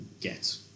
get